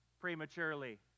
prematurely